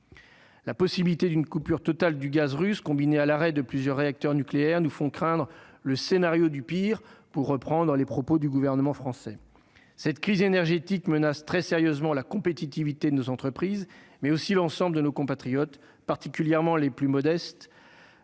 la possibilité d'une coupure totale du gaz russe, combinée à l'arrêt de plusieurs réacteurs nucléaires nous font craindre le scénario du pire pour reprendre les propos du gouvernement français, cette crise énergétique menace très sérieusement la compétitivité de nos entreprises, mais aussi l'ensemble de nos compatriotes, particulièrement les plus modestes,